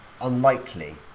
unlikely